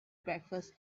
breakfast